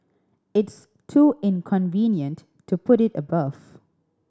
it's too inconvenient to put it above